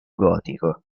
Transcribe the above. gotico